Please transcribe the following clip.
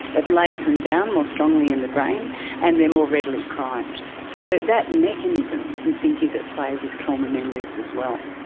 it lays them down more strongly in the brain and they are more readily primed. so that mechanism we think is at play with trauma memories as well.